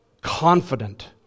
confident